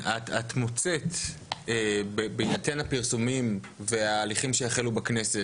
את מוצאת בהינתן הפרסומים וההליכים שהחלו בכנסת,